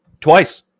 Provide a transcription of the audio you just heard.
Twice